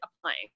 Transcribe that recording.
applying